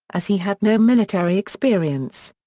as he had no military experience.